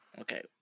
Okay